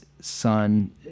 son